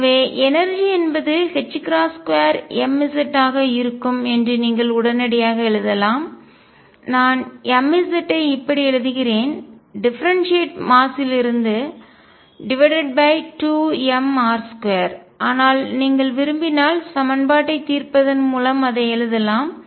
எனவே எனர்ஜிஆற்றல் என்பது 2mz ஆக இருக்கும் என்று நீங்கள் உடனடியாக எழுதலாம் நான் mz இப்படி எழுதுகிறேன் டிஃபரென்ட்டிஎட் மாஸ் லிருந்து 2 m R2 ஆனால் நீங்கள் விரும்பினால் சமன்பாட்டைத் தீர்ப்பதன் மூலம் அதை எழுதலாம்